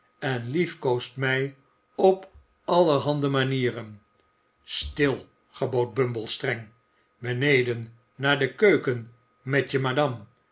en liefkoost mij op allerhande manieren stil gebood bumble streng beneden naar de keuken met je madam